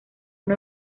uno